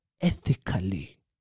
ethically